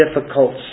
difficult